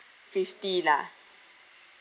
fifty lah